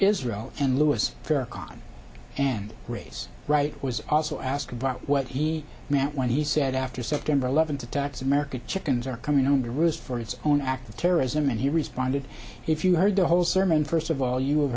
israel and louis farrakhan and race wright was also asked about what he meant when he said after september eleventh attacks american chickens are coming home to roost for its own act of terrorism and he responded if you heard the whole sermon first of all you